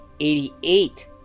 88